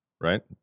right